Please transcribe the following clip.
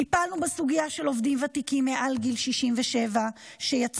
טיפלנו בסוגיה של עובדים ותיקים מעל גיל 67 שיצאו